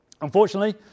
Unfortunately